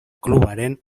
klubaren